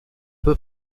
peu